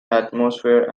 atmosphere